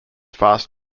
fast